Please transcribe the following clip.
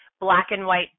black-and-white